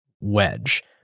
wedge